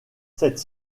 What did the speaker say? cette